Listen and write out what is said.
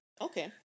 Okay